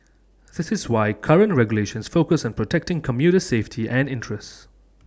this is why current regulations focus on protecting commuter safety and interests